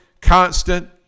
constant